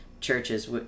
churches